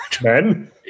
men